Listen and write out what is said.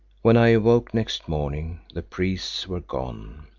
when i awoke next morning the priests were gone.